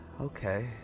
okay